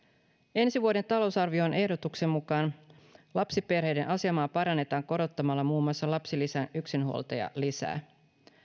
ensi vuoden talousarvioehdotuksen mukaan lapsiperheiden asemaa parannetaan korottamalla muun muassa lapsilisän yksinhuoltajalisää